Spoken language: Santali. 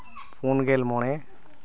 ᱯᱩᱱ ᱜᱮᱞ ᱢᱚᱬᱮ